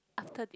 after this